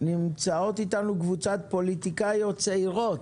נמצאות איתנו קבוצת פוליטיקאיות צעירות.